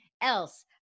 else